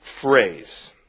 phrase